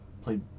played